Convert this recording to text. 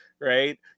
right